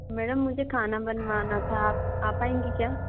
madam मुझे खाना बनवाना था आ पाएंगी क्या